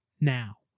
now